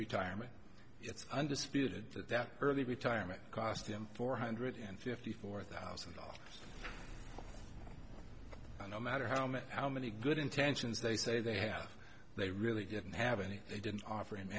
retirement it's undisputed that early retirement cost him four hundred fifty four thousand dollars no matter how many how many good intentions they say they have they really didn't have any they didn't offer him